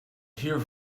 here